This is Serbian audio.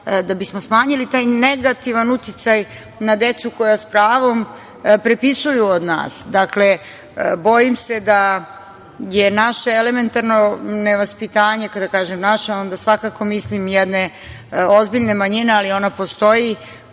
da bismo smanjili taj negativan uticaj na decu, koja s pravom prepisuju od nas. Dakle, bojim se da je naše elementarno nevaspitanje, kada kažem naše, onda svakako mislim jedne ozbiljne manjine, ali ona postoji,